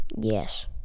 Yes